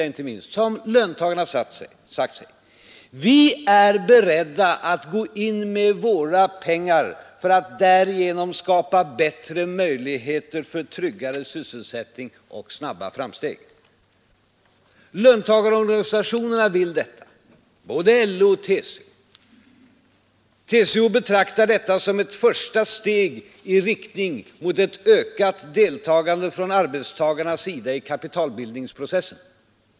Och inför dessa krav har löntagarna förklarat: Vi är beredda att gå in med våra pengar för att därigenom skapa bättre möjligheter för tryggare sysselsättning och snabba framsteg. Löntagarorganisationerna vill detta, både LO och TCO. Inom TCO betraktar man detta som ett första steg i riktning mot ett ökat deltagande från arbetstagarnas sida i kapitalbildningsprocessen.